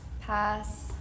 Pass